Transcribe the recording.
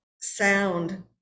sound